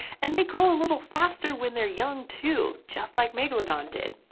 and they grow a little faster when they're young, too, just like megalodon did.